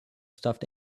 stuffed